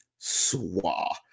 Swa